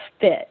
fit